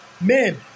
man